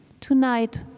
tonight